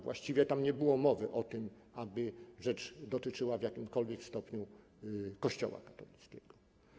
Właściwie tam nie było mowy o tym, aby rzecz dotyczyła w jakimkolwiek stopniu Kościoła katolickiego.